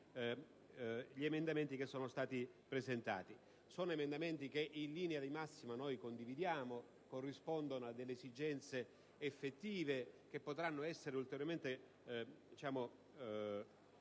Sono emendamenti che in linea di massima condividiamo e corrispondono ad esigenze effettive che potranno essere riconsiderate